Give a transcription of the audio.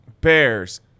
Bears